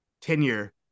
tenure